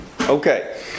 Okay